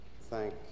thank